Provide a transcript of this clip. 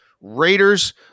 Raiders